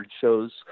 shows